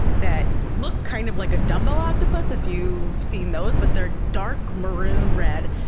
that look kind of like a dumbo octopus if you've seen those, but they're dark maroon red,